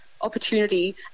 opportunity